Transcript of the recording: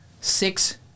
six